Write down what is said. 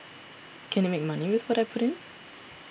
can it make money with what I put in